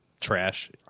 trash